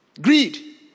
Greed